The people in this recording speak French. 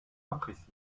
imprécise